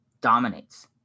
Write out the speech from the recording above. dominates